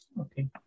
Okay